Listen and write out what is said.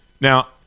now